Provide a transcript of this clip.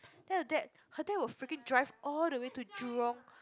then her dad her dad will freaking drive all the way to Jurong